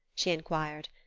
she inquired.